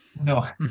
No